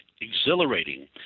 exhilarating